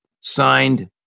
Signed